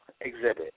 exhibit